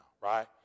right